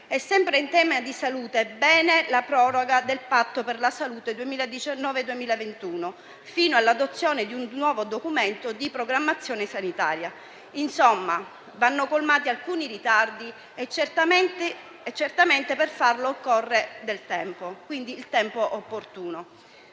Sempre in tema di salute, va bene la proroga del Patto per la salute 2019-2021, fino all'adozione di un nuovo documento di programmazione sanitaria. Insomma, vanno colmati alcuni ritardi e certamente per farlo occorre il tempo opportuno.